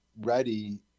ready